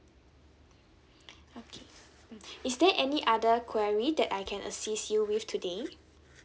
okay is there any other query that I can assist you with today